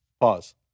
Pause